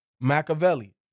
Machiavelli